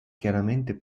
chiaramente